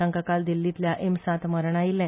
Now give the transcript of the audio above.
तांका काल दिल्लीतल्या एम्सात मरण आयिल्ले